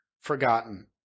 forgotten